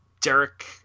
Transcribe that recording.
Derek